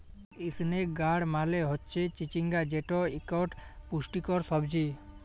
ইসনেক গাড় মালে হচ্যে চিচিঙ্গা যেট ইকট পুষ্টিকর সবজি